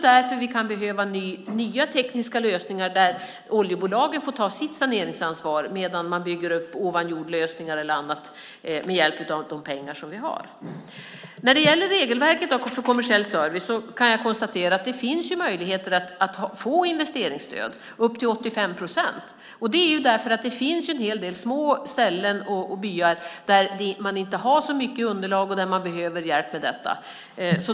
Därför kan vi behöva nya tekniska lösningar där oljebolagen får ta sitt saneringsansvar medan man bygger upp ovanjordlösningar och annat med hjälp av de pengar vi har. När det gäller regelverket för kommersiell service kan jag konstatera att det finns möjligheter att få investeringsstöd upp till 85 procent. Det finns en hel del små ställen och byar där man inte har så stort underlag, och då behöver man hjälp med detta.